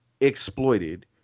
exploited